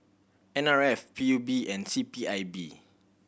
N R F P U B and C P I B